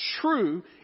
true